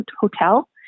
hotel